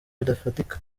bidafatika